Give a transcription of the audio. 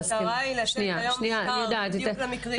המטרה היא --- בדיוק למקרים האלה.